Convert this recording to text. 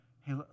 hey